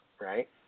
right